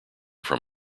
from